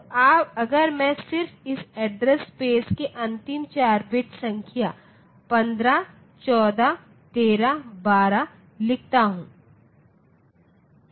तो अगर मैं सिर्फ इस एड्रेस स्पेस के अंतिम 4 बिट्स संख्या 15 14 13 12 लिखता हूं